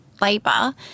labour